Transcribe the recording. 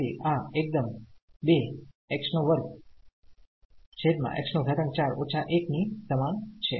તેથી આ એક્દમ ની સમાન છે